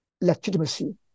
legitimacy